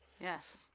Yes